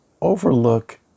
overlook